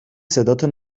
صداتو